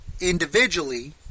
individually